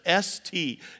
ST